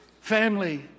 family